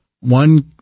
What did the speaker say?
one